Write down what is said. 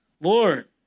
Lord